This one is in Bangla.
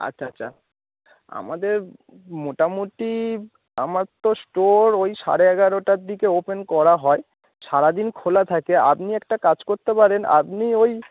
আচ্ছা আচ্ছা আমাদের মোটামুটি আমার তো স্টোর ওই সাড়ে এগারোটার দিকে ওপেন করা হয় সারা দিন খোলা থাকে আপনি একটা কাজ করতে পারেন আপনি ওই